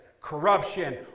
corruption